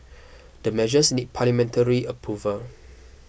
the measures need parliamentary approval